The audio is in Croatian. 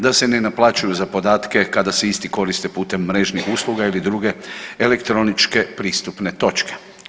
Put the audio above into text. Da se ne naplaćuju za podatke kada se isti koriste putem mrežnih usluga ili druge elektroničke pristupne točke.